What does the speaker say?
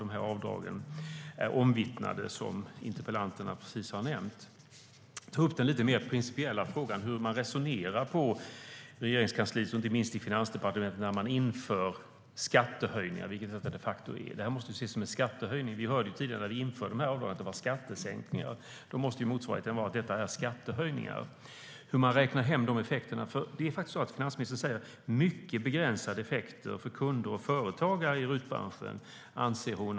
Det är omvittnat. Finansministern anser att försämringarna av RUT-avdraget ger mycket begränsade effekter för kunder och företagare i RUT-branschen.